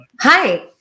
Hi